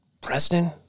Preston